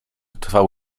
trwał